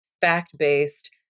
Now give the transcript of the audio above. fact-based